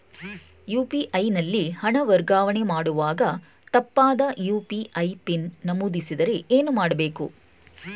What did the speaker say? UPI ನಲ್ಲಿ ಹಣ ವರ್ಗಾವಣೆ ಮಾಡುವಾಗ ತಪ್ಪಾದ ಯು.ಪಿ.ಐ ಪಿನ್ ನಮೂದಿಸಿದರೆ ಏನು ಮಾಡಬೇಕು?